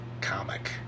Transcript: comic